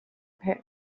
pit